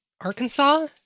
Arkansas